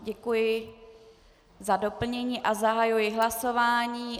Děkuji za doplnění a zahajuji hlasování.